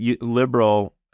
liberal